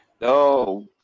No